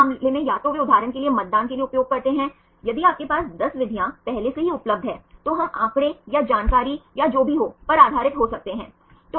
इस मामले में या तो वे उदाहरण के लिए मतदान के लिए उपयोग करते हैं यदि आपको 10 विधियां पहले से ही उपलब्ध हैं तो हम आंकड़े या जानकारी या जो भी हो पर आधारित हो सकते हैं